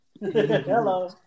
Hello